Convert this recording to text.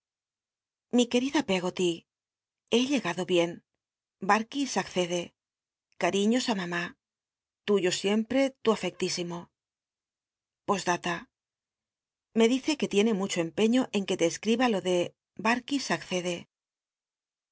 i r ueritla peggoly he llcgatlo bien b lris accede cariiios ü mamü tuyo siempre tu afoctisimo flosldalrt l e dil e que tiene mucho empeño en que le escriba lo de barhis accede